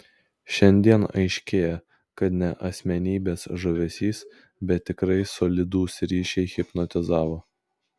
šiandien aiškėja kad ne asmenybės žavesys bet tikrai solidūs ryšiai hipnotizavo